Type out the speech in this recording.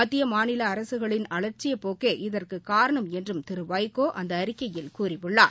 மத்திய மாநில அரசுகளின் அலட்சியப் போக்கே இதற்குக் காரணம் என்றும் திரு வைகோ அந்த அறிக்கையில் கூறியுள்ளார்